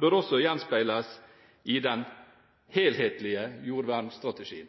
bør også gjenspeiles i den helhetlige jordvernstrategien.